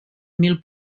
mil